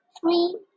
three